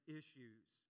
issues